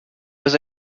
was